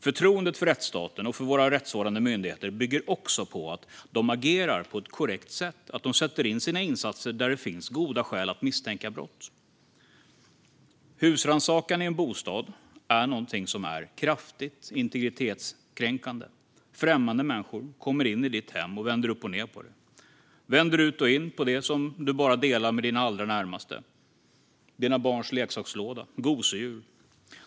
Förtroendet för rättsstaten och för våra rättsvårdande myndigheter bygger också på att de rättsvårdande myndigheterna agerar på ett korrekt sätt och sätter in sina insatser där det finns goda skäl att misstänka brott. Husrannsakan i en bostad är något som är kraftigt integritetskränkande. Främmande människor kommer in i ditt hem och vänder upp och ned på det. De vänder ut och in på det som du bara delar med dina allra närmaste - dina barns leksakslåda, gosedjur.